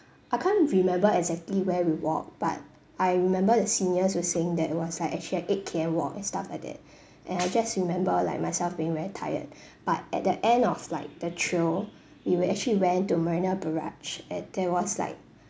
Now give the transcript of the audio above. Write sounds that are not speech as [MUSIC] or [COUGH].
I can't remember exactly where we walked but I remember the seniors were saying that it was Iike actually a eight K_M walk and stuff like that [BREATH] and I just remember like myself being very tired [BREATH] but at the end of like the trail we will actually went to marina barrage and there was like